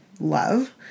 love